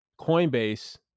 Coinbase